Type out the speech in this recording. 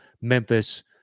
Memphis